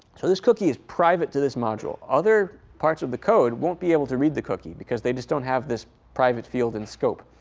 so this cookie is private to this module. other parts of the code won't be able to read the cookie, because they just don't have this private field and scope.